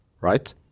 right